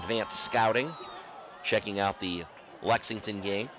advance scouting checking out the lexington game